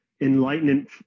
Enlightenment